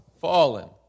Fallen